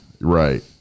right